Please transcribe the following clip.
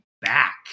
back